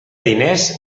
diners